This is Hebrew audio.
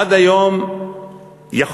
עד היום יכולתי,